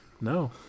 no